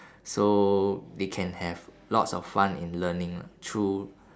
so they can have lots of fun in learning lah through